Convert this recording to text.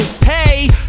pay